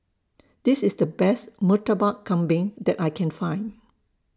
This IS The Best Murtabak Kambing that I Can Find